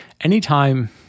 anytime